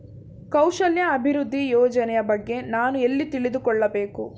ಕೌಶಲ್ಯ ಅಭಿವೃದ್ಧಿ ಯೋಜನೆಯ ಬಗ್ಗೆ ನಾನು ಎಲ್ಲಿ ತಿಳಿದುಕೊಳ್ಳಬೇಕು?